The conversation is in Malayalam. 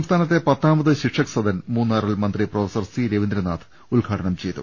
സംസ്ഥാനത്തെ പത്താമത് ശിക്ഷക് സദൻ മൂന്നാറ ിൽ മന്ത്രി പ്രൊഫ സി രവീന്ദ്രനാഥ് ഉദ്ഘാടനം ചെയ്തു